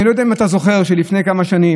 אני לא יודע אם אתה זוכר שלפני כמה שנים